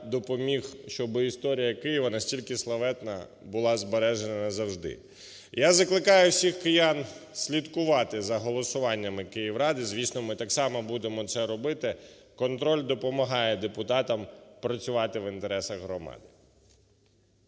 щоби історія Києва, настільки славетна, була збережена назавжди. Я закликаю всіх киян слідкувати за голосуваннями Київради. Звісно, ми так само будемо це робити, контроль допомагає депутатам працювати в інтересах громади.